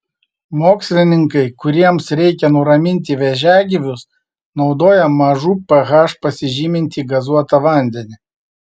mokslininkai kuriems reikia nuraminti vėžiagyvius naudoja mažu ph pasižymintį gazuotą vandenį